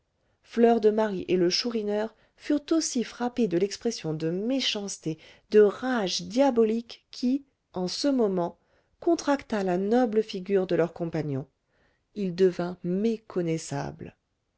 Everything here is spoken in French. rodolphe fleur de marie et le chourineur furent aussi frappés de l'expression de méchanceté de rage diabolique qui en ce moment contracta la noble figure de leur compagnon il devint méconnaissable